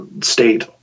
state